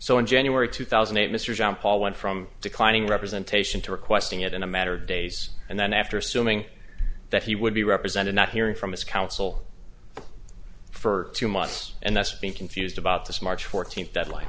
so in january two thousand and eight mr john paul went from declining representation to requesting it in a matter of days and then after assuming that he would be represented not hearing from his counsel for two months and that's being confused about this march fourteenth deadline